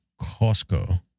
Costco